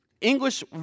English